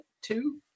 two